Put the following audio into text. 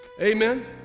amen